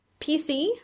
PC